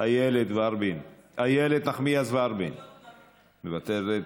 איילת נחמיאס ורבין, מוותרת.